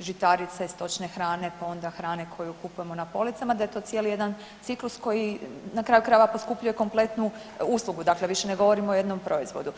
žitarica i stočne hrane, pa onda i hrane koju kupujemo na policama da je to cijeli jedan ciklus koji na kraju krajeva poskupljuje kompletnu uslugu, dakle više ne govorimo o jednom proizvodu.